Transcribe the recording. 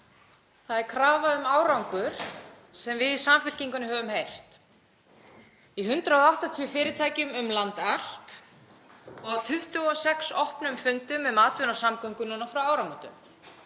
Það er krafa um árangur sem við í Samfylkingunni höfum heyrt í 180 fyrirtækjum um land allt og á 26 opnum fundum um atvinnu og samgöngur núna frá áramótum.